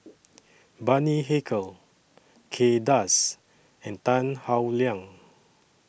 Bani Haykal Kay Das and Tan Howe Liang